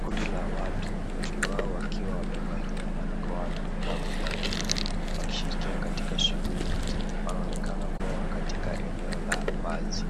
Kundi la watu wengi wao wakiwa wamevalia barakoa na glavu za blue wakishirikia katika shughuli nje. Wanaonekana kuwa katika eneo la wazi